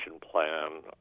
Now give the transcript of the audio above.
plan